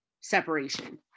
separation